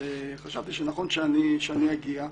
חשבתי שנכון שאני אגיע.